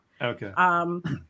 Okay